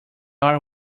are